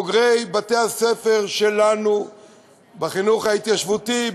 בוגרי בתי-הספר שלנו בחינוך ההתיישבותי,